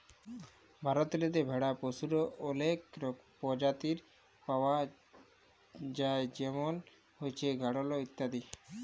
ভারতেল্লে ভেড়া পশুর অলেক পরজাতি পাউয়া যায় যেমল হছে গাঢ়ল ইত্যাদি